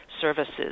Services